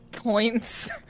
Points